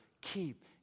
keep